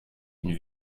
une